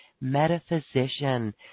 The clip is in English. metaphysician